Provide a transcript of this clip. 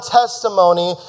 testimony